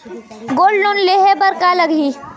Gold loan लेहे बर का लगही?